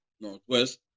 Northwest